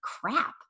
crap